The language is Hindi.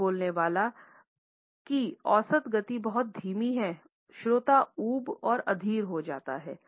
अगर बोलने वाला की औसत गति बहुत धीमी है श्रोता ऊब और अधीर हो जाता है